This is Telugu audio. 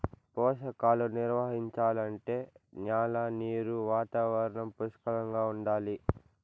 పోషకాలు నిర్వహించాలంటే న్యాల నీరు వాతావరణం పుష్కలంగా ఉండాలి